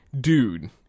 Dude